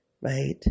Right